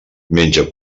menja